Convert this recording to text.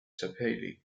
taipei